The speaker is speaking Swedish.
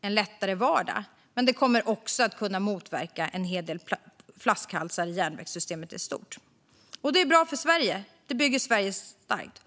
en lättare vardag. Men detta kommer också att kunna motverka en hel del flaskhalsar i järnvägssystemet i stort. Det är bra för Sverige. Det bygger Sverige starkt.